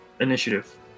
initiative